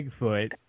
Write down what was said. Bigfoot